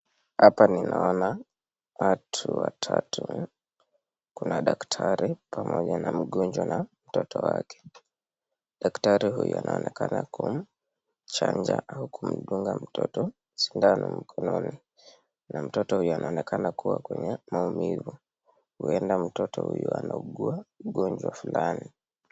Hapa ninaona watu watatu kuna daktari pamoja na mgonjwa na mtoto wake, daktari huyu anaonekana kumchanja au kumdunga mtoto sindano mkononi na mtoto huyu anaonekana kua kwenye maumivu, huenda mtoto huyu anaugua ungojwa fulani.